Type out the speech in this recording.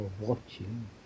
watching